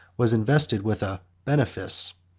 was invested with a benefice,